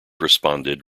responded